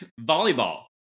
Volleyball